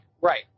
right